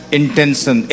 intention